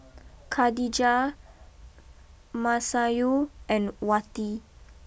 Khadija Masayu and Wati